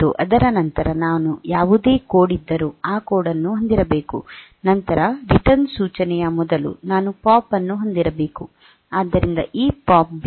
ಮತ್ತು ಅದರ ನಂತರ ನಾನು ಯಾವುದೇ ಕೋಡ್ ಇದ್ದರೂ ಆ ಕೋಡ್ ಅನ್ನು ಹೊಂದಿರಬೇಕು ನಂತರ ರಿಟರ್ನ್ ಸೂಚನೆಯ ಮೊದಲು ನಾನು ಪಾಪ್ ಅನ್ನು ಹೊಂದಿರಬೇಕು ಆದ್ದರಿಂದ ಈ ಪಾಪ್ ಬಿ